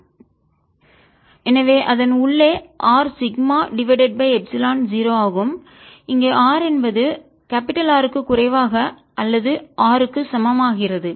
Vr14π04πR2rR20rr≥R எனவே அதன் உள்ளே R sigma divided by epsilon 0 ஆகும் இங்கே r என்பது R க்கு குறைவாக அல்லது R க்கு சமமாக ஆகிறது